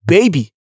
Baby